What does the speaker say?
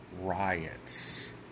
riots